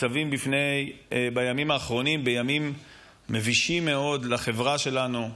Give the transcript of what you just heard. ניצבים בימים האחרונים בימים מבישים מאוד לחברה שלנו,